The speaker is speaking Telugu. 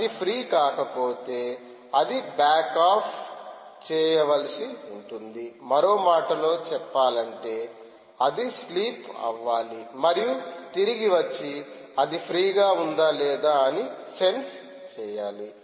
అది ఫ్రీ కాకపోతే అది బ్యాక్ ఆఫ్ చేయవలసి ఉంటుంది మరో మాటలో చెప్పాలంటే అది స్లీప్ అవాలి మరియు తిరిగి వచ్చి అది ఫ్రీగా ఉందా లేదా అని సెన్స్ చేయాలి